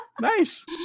Nice